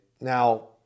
Now